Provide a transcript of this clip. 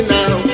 now